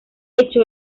hecho